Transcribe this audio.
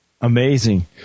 Amazing